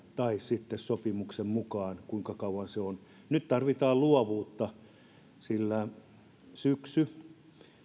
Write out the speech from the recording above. tai sitten sopimuksen mukaan kuinka on sovittu nyt tarvitaan luovuutta sillä syksy